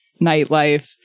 nightlife